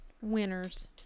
winners